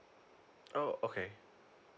oh okay